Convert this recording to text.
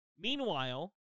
Meanwhile